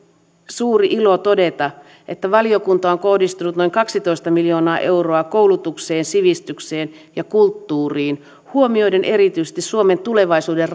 suuri ilo todeta että valiokunta on kohdistanut noin kaksitoista miljoonaa euroa koulutukseen sivistykseen ja kulttuuriin huomioiden erityisesti suomen tulevaisuuden